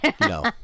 No